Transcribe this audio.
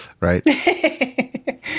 Right